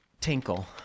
Tinkle